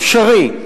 אפשרי,